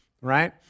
right